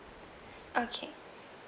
okay